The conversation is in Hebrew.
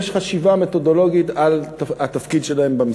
יש חשיבה מתודולוגית על התפקיד שלהם במשרד.